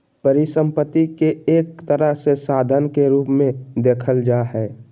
परिसम्पत्ति के एक तरह से साधन के रूप मे देखल जा हय